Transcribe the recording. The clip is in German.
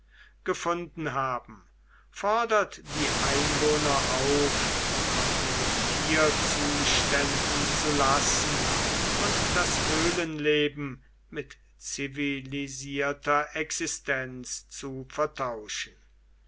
gefunden haben fordert die einwohner auf von ihren tierzuständen zu lassen und das höhlenleben mit zivilisierter existenz zu vertauschen